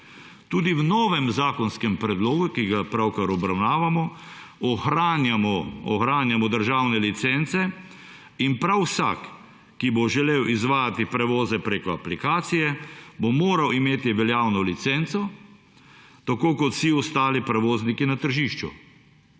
Tudi v novem zakonskem predlogu, ki ga pravkar obravnavamo, ohranjamo državne licence in prav vsak, ki bo želel izvajati prevoze preko aplikacije, bo moral imeti veljavno licenco, tako kot vsi ostali prevozniki na tržišču.